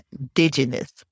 indigenous